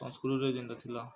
ଆମ ସ୍କୁଲ୍ରେ ଯେନ୍ତା ଥିଲା